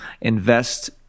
invest